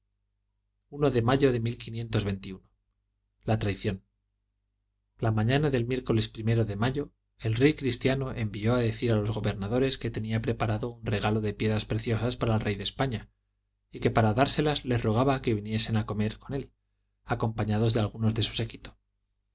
de mayo de la traición la mañana del miércoles primero de mayo el rey cristiano envió a decir a los gobernadores que tenía preparado un regalo de piedras preciosas para el rey de españa y que para dárselas les rogaba que viniesen a comer con él acompañados de algunos de su séquito